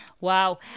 Wow